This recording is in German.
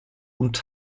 und